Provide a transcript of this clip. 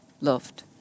loved